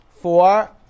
four